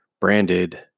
Branded